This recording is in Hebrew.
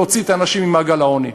להוציא את האנשים ממעגל העוני,